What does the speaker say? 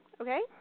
Okay